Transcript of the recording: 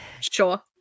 Sure